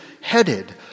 headed